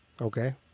Okay